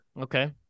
Okay